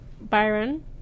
Byron